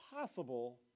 possible